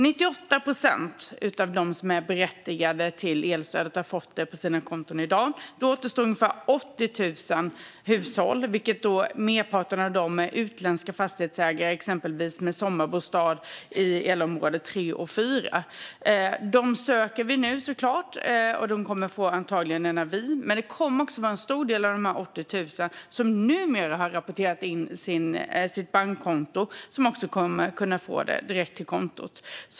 98 procent av dem som är berättigade till elstödet har fått det på sina konton i dag. Då återstår ungefär 80 000 hushåll. Merparten av dem är utländska fastighetsägare - det kan exempelvis vara sommarbostäder i elområdena 3 och 4. Dem söker vi nu, såklart. De kommer antagligen att få en avi. Men det kommer också att vara en stor del av dessa 80 000 som numera har rapporterat in sitt bankkonto och som då kommer att kunna få det direkt till kontot.